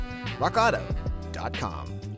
rockauto.com